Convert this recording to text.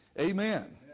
amen